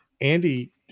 Andy